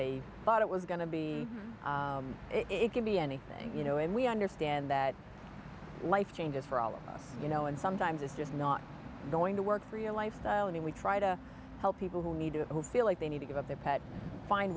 they thought it was going to be it can be anything you know and we understand that life changes for all of us you know and sometimes it's just not going to work for your lifestyle and we try to help people who need it who feel like they need to give up their pet find